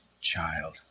child